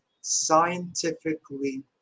scientifically